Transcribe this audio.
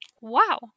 Wow